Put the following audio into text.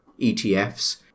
ETFs